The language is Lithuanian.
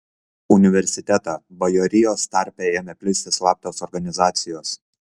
universitetą bajorijos tarpe ėmė plisti slaptos organizacijos